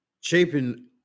Chapin